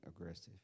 aggressive